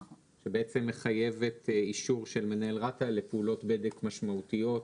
שבעצם מחייבת אישור של מנהל רת"א לפעולות בדק משמעותיות.